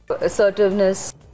assertiveness